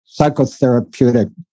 psychotherapeutic